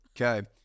Okay